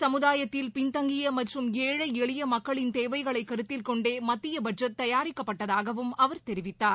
சமுதாயத்தில் பின்தங்கிய மற்றும் ஏழை எளிய மக்களின் தேவைகளை கருத்தில்கொண்டே மத்திய பட்ஜெட் தயாரிக்கப்பட்டதாகவும் அவர் தெரிவித்தார்